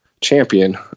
champion